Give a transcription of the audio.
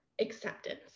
acceptance